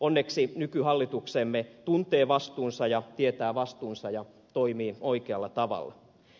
onneksi nykyhallituksemme tuntee ja tietää vastuunsa ja toimii oikealla tavalla